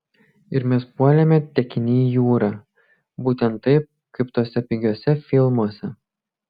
ir mes puolėme tekini į jūrą būtent taip kaip tuose pigiuose filmuose